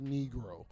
Negro